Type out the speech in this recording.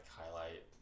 highlight